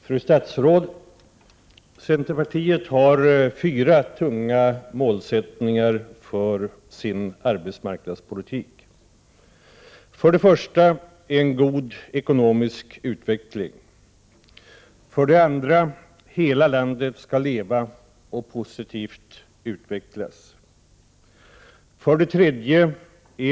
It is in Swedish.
Herr talman! Centerpartiet har fyra tunga målsättningar för sin arbetsmarknadspolitik: 1. En god ekonomisk utveckling. 2. Hela landet skall leva och positivt utvecklas. 3.